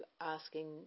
asking